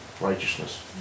righteousness